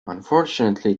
unfortunately